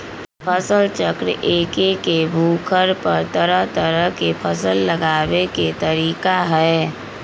फसल चक्र एक्के भूखंड पर तरह तरह के फसल लगावे के तरीका हए